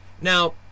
Now